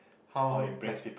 how like